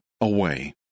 away